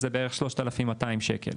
זה בערך 3,200 ₪.